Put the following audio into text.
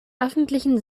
öffentlichen